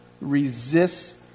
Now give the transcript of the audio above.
resists